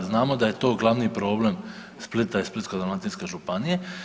Znamo da je to glavni problem Splita i Splitsko-dalmatinske županije.